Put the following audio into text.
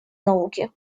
науки